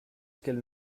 qu’elle